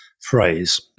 phrase